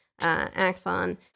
axon